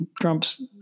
Trump's